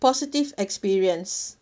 positive experience